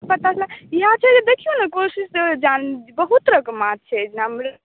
यहए चीज देखियो ने कोशिश जान बहुत तरहके माछ छै